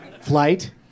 Flight